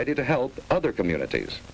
ready to help other communities